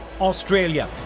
Australia